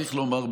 צריך לומר,